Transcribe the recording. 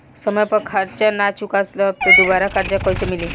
समय पर कर्जा चुका दहम त दुबाराकर्जा कइसे मिली?